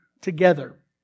together